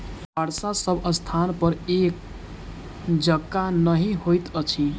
वर्षा सभ स्थानपर एक जकाँ नहि होइत अछि